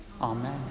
amen